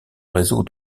réseau